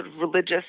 religious